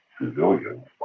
civilians